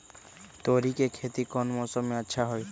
तोड़ी के खेती कौन मौसम में अच्छा होई?